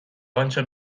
آنچه